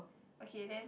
okay then